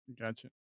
Gotcha